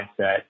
mindset